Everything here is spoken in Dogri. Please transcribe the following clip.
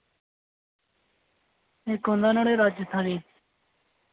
इक होंदा नुआढ़े राजेस्थानी